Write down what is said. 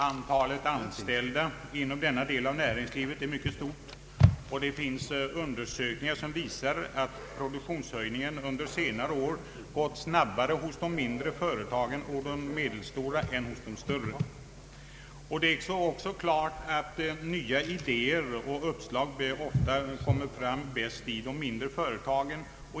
Antalet anställda inom denna del av näringslivet är mycket stort, och det finns undersökningar som visar att produktionshöjningen under senare år gått snabbare för de mindre och medelstora företagen än för de större. Det står också klart att nya idéer och uppslag ofta kommer fram bäst i de mindre företagen.